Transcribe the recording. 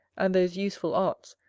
and those useful arts,